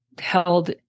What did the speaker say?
held